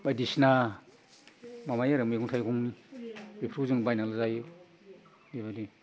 बायदिसिना माबायो आरो मैगं थाइगं बेखौ जों बायना जायो बेबायदि